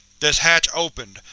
this hatch opened,